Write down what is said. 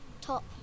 top